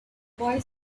boy